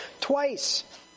twice